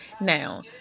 Now